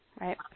right